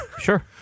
Sure